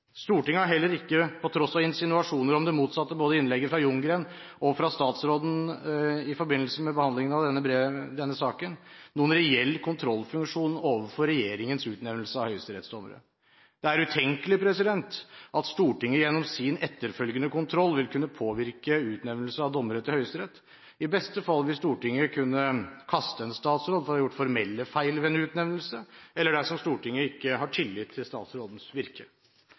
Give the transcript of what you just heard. Stortinget har heller ikke, på tross av insinuasjoner om det motsatte, både i innlegget fra Ljunggren, og fra statsråden i forbindelse med behandlingen av denne saken, noen reell kontrollfunksjon overfor regjeringens utnevnelse av høyesterettsdommere. Det er utenkelig at Stortinget gjennom sin etterfølgende kontroll vil kunne påvirke utnevnelsen av dommere til Høyesterett. I beste fall vil Stortinget kunne kaste en statsråd for å ha gjort formelle feil ved en utnevnelse eller dersom Stortinget ikke har tillit til statsrådens virke.